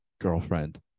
girlfriend